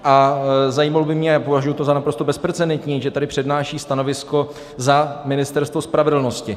A zajímalo by mě, a považuji to za naprosto bezprecedentní, že tady přednáší stanovisko za Ministerstvo spravedlnosti.